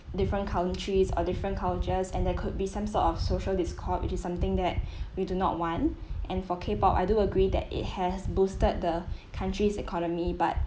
different countries are different cultures and there could be some sort of social discord which is something that we do not want and for k pop I do agree that it has boosted the country's economy but